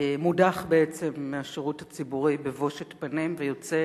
מודח בעצם מהשירות הציבורי בבושת פנים ויוצא